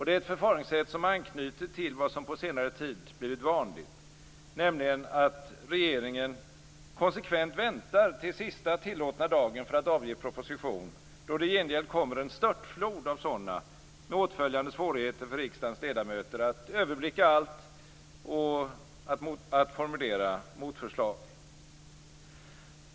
Detta förfaringssätt anknyter till vad som på senare tid blivit vanligt, nämligen att regeringen konsekvent väntar till sista tillåtna dagen för att avge proposition, då det i gengäld kommer en störtflod av sådana med åtföljande svårigheter för riksdagens ledamöter att överblicka allt och formulera motförslag.